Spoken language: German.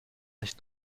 nicht